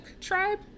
tribe